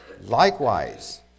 Likewise